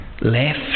Left